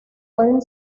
pueden